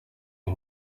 iyi